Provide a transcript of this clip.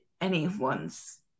anyone's